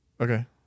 Okay